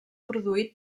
produït